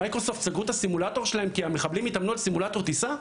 מייקרוסופט סגרו את הסימולטור שלהם כי המחבלים התאמנו על סימולטור טיסה?